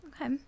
Okay